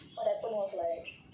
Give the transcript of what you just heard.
what happen was like